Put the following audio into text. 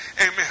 Amen